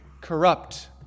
corrupt